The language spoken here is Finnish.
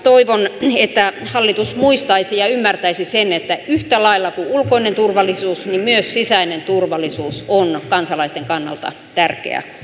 toivon että hallitus muistaisi ja ymmärtäisi sen että yhtä lailla kuin ulkoinen turvallisuus myös sisäinen turvallisuus on kansalaisten kannalta tärkeä asia